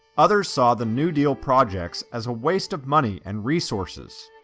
others saw the new deal projects as a waste of money and resources.